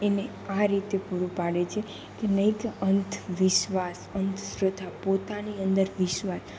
એને આ રીતે પૂરું પાડે છે કે નહીં કે અંધ વિશ્વાસ અંધ શ્રદ્ધા પોતાની અંદર વિશ્વાસ